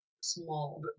small